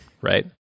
right